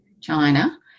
China